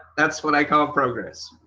that's what i call progress.